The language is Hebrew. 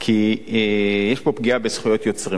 כי יש פה פגיעה בזכויות יוצרים.